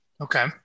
Okay